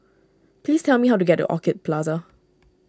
please tell me how to get to Orchid Plaza